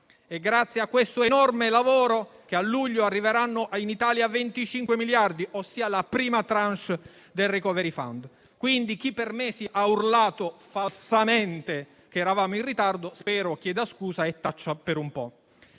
Grazie a questo enorme lavoro, a luglio arriveranno in Italia 25 miliardi. Ossia la prima *tranche* del *recovery fund*. Quindi, chi per mesi ha urlato falsamente che eravamo in ritardo, spero chieda scusa o taccia per un po'.